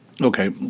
okay